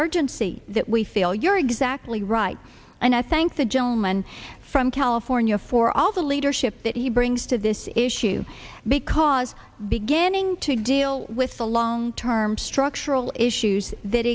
see that we feel you're exactly right and i thank the gentleman from california for all the leadership that he brings to this issue because beginning to deal with the long term structural issues that